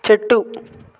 చెట్టు